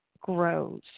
grows